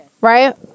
Right